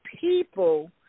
people